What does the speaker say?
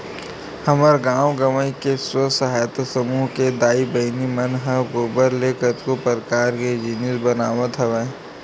हमर गाँव गंवई के स्व सहायता समूह के दाई बहिनी मन ह गोबर ले कतको परकार के जिनिस बनावत हवय